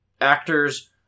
actors